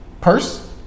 Purse